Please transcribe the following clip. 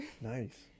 Nice